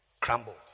crumbled